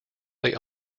they